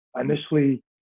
initially